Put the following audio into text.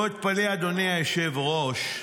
לא אתפלא, אדוני היושב-ראש,